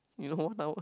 you know now